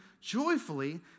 joyfully